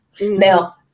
Now